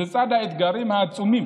בצד האתגרים העצומים